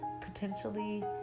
potentially